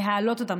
להעלות אותם,